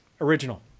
original